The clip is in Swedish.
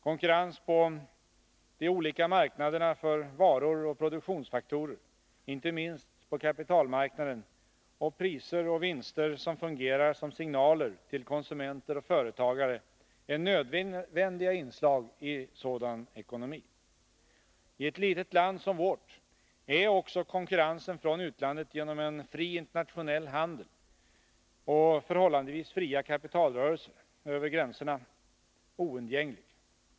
Konkurrens på de olika marknaderna för varor och produktionsfaktorer, inte minst på kapitalmarknaden, och priser och vinster som fungerar som signaler till konsumenter och företagare är nödvändiga inslag i en sådan ekonomi. I ett litet land som vårt är också konkurrensen från utlandet genom en fri internationell handel och förhållandevis fria kapitalrörelser över gränserna något oundgängligt.